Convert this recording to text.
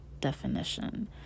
definition